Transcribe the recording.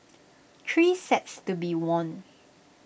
three sets to be won